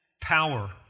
power